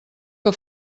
que